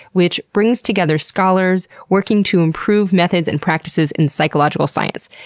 which brings together scholars working to improve methods and practices in psychological science.